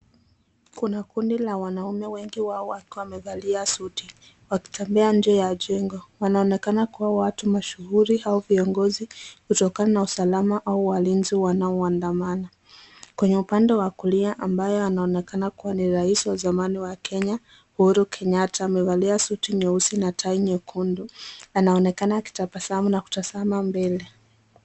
Kuna kundi la wamaume wengi wao wakiwa wamevalia suti wakitembea nje ya jengo. Wanaonekana kuwa watu mashuhuri au viongozi kutokana na usalama au walinzi wanaowaandamana. Kwenye upande wa kulia ambaye anaonekana kuwa ni rais wa zamani wa Kenya Uhuru Kenyatta amevali suti nyeusi na tai nyekundu anaonekana akitabasamu na kutazama mbele.